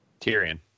Tyrion